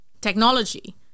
technology